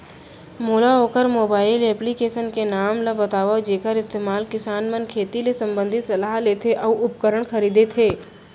मोला वोकर mobile application के नाम ल बतावव जेखर इस्तेमाल किसान मन खेती ले संबंधित सलाह लेथे अऊ उपकरण खरीदथे?